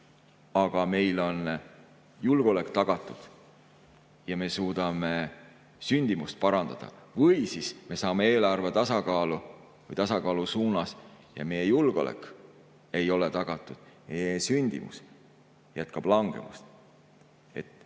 aga meil on julgeolek tagatud ja me suudame sündimust parandada või siis me saame eelarve tasakaalu või liigume tasakaalu suunas, aga meie julgeolek ei ole tagatud ja sündimus jätkab langemist. Võib-olla